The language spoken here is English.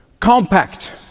compact